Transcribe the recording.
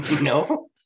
No